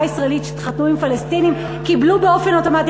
ישראלית שהתחתנו עם פלסטינים קיבלו באופן אוטומטי,